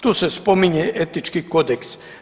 Tu se spominje etički kodeks.